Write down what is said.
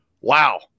Wow